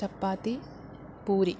chapati puri